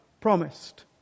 promised